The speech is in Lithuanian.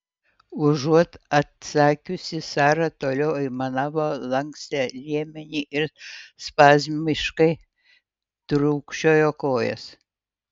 užuot atsakiusi sara toliau aimanavo lankstė liemenį ir spazmiškai trūkčiojo kojas